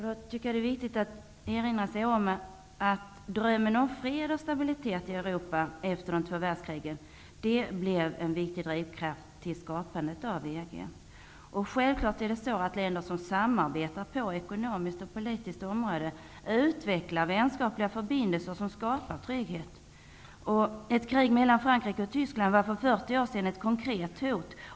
Det är viktigt att erinra om att drömmen om fred och stabilitet i Europa efter de två världskrigen blev en viktig drivkraft för tillskapandet av EG. Länder som samarbetar på det ekonomiska och politiska området utvecklar självklart vänskapliga förbindelser som skapar trygghet. Ett krig mellan Frankrike och Tyskland var för 40 år sedan ett konkret hot.